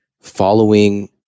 following